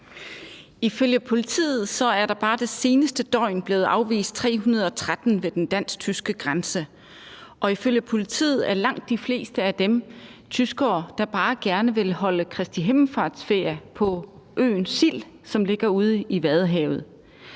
Ifølge politiet er der bare det seneste døgn blevet afvist 313 ved den dansk-tyske grænse, og ifølge politiet er langt de fleste af dem tyskere, der bare gerne vil holde Kristi himmelfartsferie på øen Sild, som ligger ude i Vadehavet.